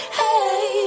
hey